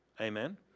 Amen